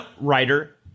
writer